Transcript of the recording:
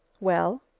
well?